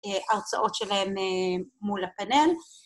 ההרצאות שלהם מול הפאנל.